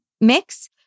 mix